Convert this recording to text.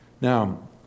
Now